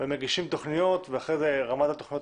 ומגישים תוכניות ואחר כך רמת התוכניות